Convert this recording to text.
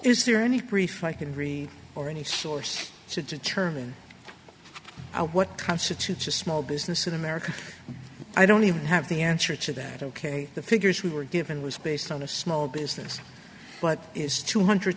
is there any prefer i can agree or any source to determine what constitutes a small business in america i don't even have the answer to that ok the figures we were given was based on a small business but is two hundred